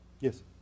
Yes